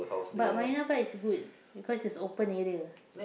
but Marina-Barrage is good because it's open area